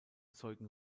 zeugen